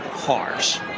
cars